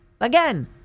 Again